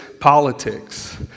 politics